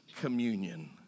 communion